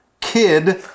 kid